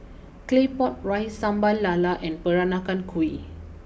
Claypot Rice Sambal LaLa and Peranakan Kueh